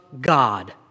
God